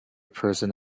person